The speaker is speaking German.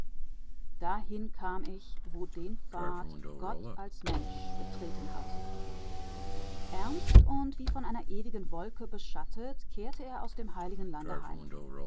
kam ich wo den pfad gott als mensch betreten hat ernst und wie von einer wolke beschattet kehrte er aus dem heiligen lande